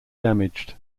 damaged